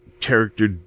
character